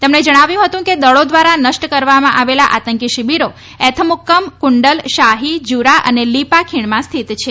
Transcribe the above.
તેમણે જણાવ્યું હતું કે દળો દ્વારા નષ્ટ કરવામાં આવેલા આતંકી શિબિરો એથમુક્કમ કુંડલ શાહી જુરા અને લીપા ખીણમાં સ્થિત છે